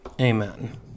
amen